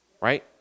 right